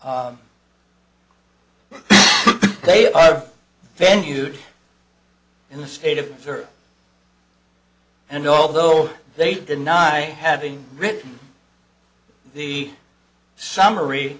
y they are the venue in the state of missouri and although they deny having written the summary